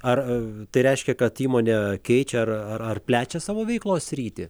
ar tai reiškia kad įmonė keičia ar ar ar plečia savo veiklos sritį